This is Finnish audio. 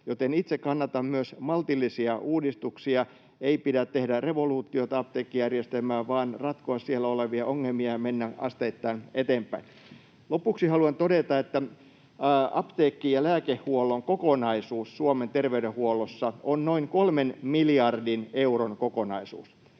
myös itse kannatan maltillisia uudistuksia. Ei pidä tehdä revoluutiota apteekkijärjestelmään vaan ratkoa siellä olevia ongelmia ja mennä asteittain eteenpäin. Lopuksi haluan todeta, että apteekkien ja lääkehuollon kokonaisuus Suomen terveydenhuollossa on noin 3 miljardin euron kokonaisuus.